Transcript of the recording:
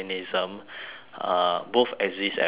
uh both exist at once